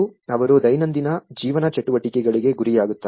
ಅವರು ದೈನಂದಿನ ಜೀವನ ಚಟುವಟಿಕೆಗಳಿಗೆ ಗುರಿಯಾಗುತ್ತಾರೆ